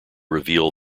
reveal